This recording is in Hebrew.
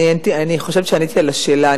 אני חושבת שעניתי על השאלה.